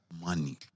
money